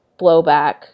blowback